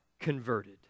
converted